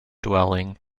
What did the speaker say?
dwelling